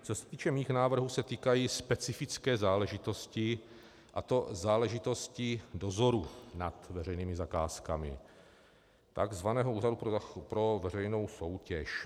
Co se týče mých návrhů, týkají se specifické záležitosti, a to záležitosti dozoru nad veřejnými zakázkami, takzvaného úřadu pro veřejnou soutěž.